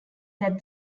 that